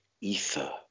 ether